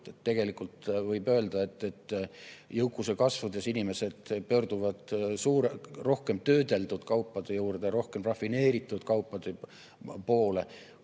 Tegelikult võib öelda, et jõukuse kasvades pöörduvad inimesed rohkem töödeldud kaupade juurde, rohkem rafineeritud kaupade poole,